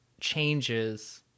changes